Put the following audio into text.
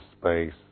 space